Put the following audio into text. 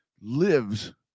lives